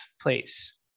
place